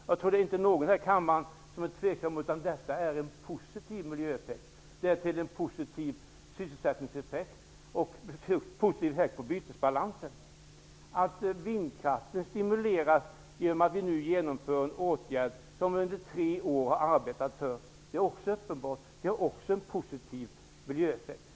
Jag tror inte att någon här i kammaren är tveksam till att detta är en positiv miljöeffekt. Därför blir det en positiv sysselsättningseffekt och en positiv effekt på bytesbalansen. Att vindkraften stimuleras genom att vi nu genomför en åtgärd som vi under tre år har arbetat för är också en positiv miljöeffekt.